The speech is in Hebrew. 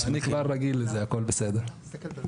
אלא בפוטנציאל הייצור.